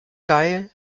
geil